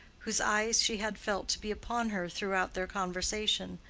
whose eyes she had felt to be upon her throughout their conversation.